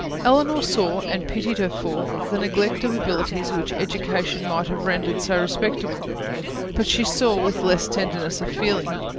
elinor saw, and pitied her for, the neglect of abilities which education might have rendered so respectable but she saw, with less tenderness of feeling,